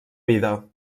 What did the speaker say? vida